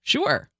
Sure